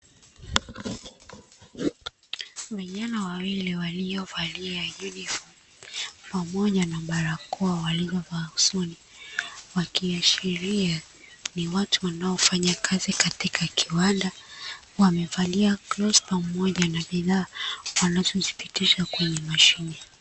Vijana wawili waliovalia uniform pamoja na barakoa waliovalia usoni wakiashilia ni watu wanaofanya kazi katika kiwanda wamevalia (grouper)moja na bidhaa wanazozipitisha kwenye mashine.